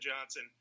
Johnson